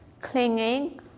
clinging